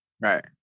Right